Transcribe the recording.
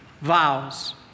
vows